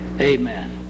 amen